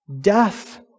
death